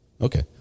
Okay